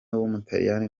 w’umutaliyani